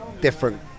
different